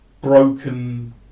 broken